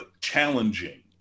challenging